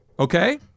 Okay